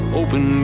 open